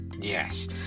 yes